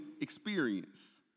experience